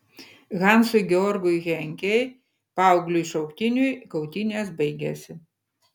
hansui georgui henkei paaugliui šauktiniui kautynės baigėsi